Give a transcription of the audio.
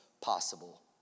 possible